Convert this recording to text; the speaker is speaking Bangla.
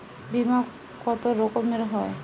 বিমা কত রকমের হয়?